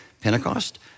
Pentecost